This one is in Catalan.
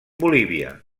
bolívia